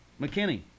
McKinney